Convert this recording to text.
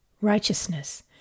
Righteousness